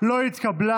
לא התקבלה.